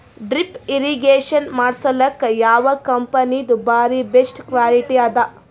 Drip irrigation ಮಾಡಸಲಕ್ಕ ಯಾವ ಕಂಪನಿದು ಬಾರಿ ಬೆಸ್ಟ್ ಕ್ವಾಲಿಟಿ ಅದ?